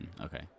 okay